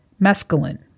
mescaline